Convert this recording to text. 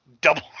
double